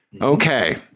okay